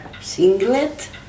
singlet